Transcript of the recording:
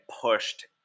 pushed